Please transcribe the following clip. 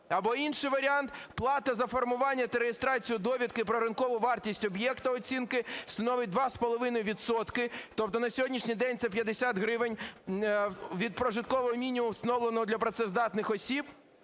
або інший варіант – плата за формування та реєстрацію довідки про ринкову вартість об'єкта оцінки становить 2,5 відсотки, тобто на сьогоднішній день це 50 гривень, від прожиткового мінімуму, встановленого для працездатних осіб,